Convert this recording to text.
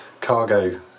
cargo